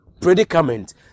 predicament